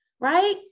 right